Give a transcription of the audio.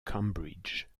cambridge